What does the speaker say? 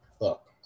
Look